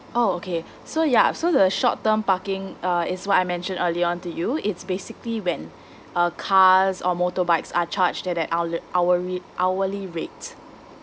oh okay so yeah so the short term parking uh is what I mentioned earlier on to you it's basically when uh cars or motorbikes are charged at the hourl~ hourly hourly rate